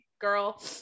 girl